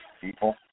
people